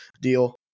deal